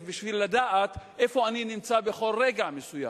בשביל לדעת איפה אני נמצא בכל רגע מסוים.